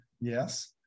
yes